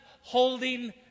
holding